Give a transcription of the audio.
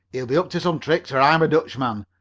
he'll be up to some tricks or i'm a dutchman.